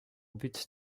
but